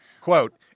Quote